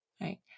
right